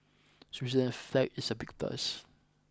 Switzerland's flag is a big plus